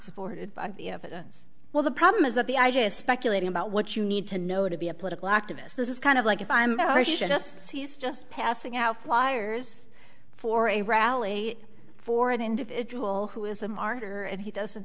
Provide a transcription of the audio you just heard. supported by the evidence well the problem is that the i just speculating about what you need to know to be a political activist this is kind of like if i'm just so he's just passing out flyers for a rally for an individual who is a martyr and he doesn't